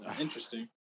Interesting